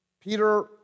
Peter